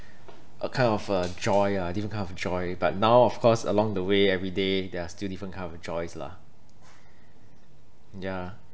a kind of a joy lah different kind of joy but now of course along the way every day there are still different kind of joys lah ya